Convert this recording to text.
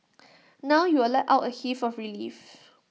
now you will let out A heave of relief